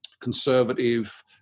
conservative